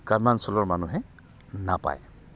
গ্ৰাম্যাঞ্চলৰ মানুহে নাপায়